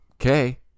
okay